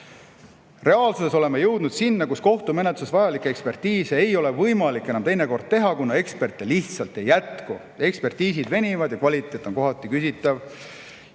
Reaalsuses oleme jõudnud selleni, et kohtumenetluses vajalikke ekspertiise ei ole võimalik enam teinekord teha, kuna eksperte lihtsalt ei jätku. Ekspertiisid venivad ja kvaliteet on kohati küsitav.